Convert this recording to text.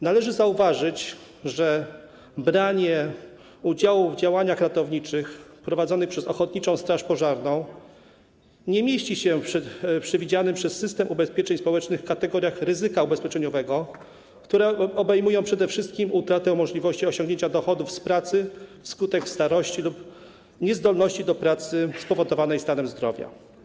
Należy zauważyć, że branie udziału w działaniach ratowniczych prowadzonych przez ochotniczą straż pożarną nie mieści się w przewidzianym przez system ubezpieczeń społecznych kategoriach ryzyka ubezpieczeniowego, które obejmują przede wszystkim utratę możliwości osiągnięcia dochodów z pracy wskutek starości lub niezdolności do pracy spowodowanej stanem zdrowia.